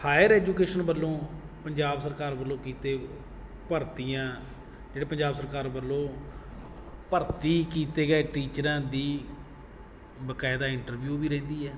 hire education ਵੱਲੋਂ ਪੰਜਾਬ ਸਰਕਾਰ ਵੱਲੋਂ ਕੀਤੇ ਭਰਤੀਆਂ ਜਿਹੜੇ ਪੰਜਾਬ ਸਰਕਾਰ ਵੱਲੋਂ ਭਰਤੀ ਕੀਤੇ ਗਏ ਟੀਚਰਾਂ ਦੀ ਬਕਾਇਦਾ ਇੰਟਰਵਿਊ ਵੀ ਰਹਿੰਦੀ ਹੈ